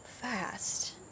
fast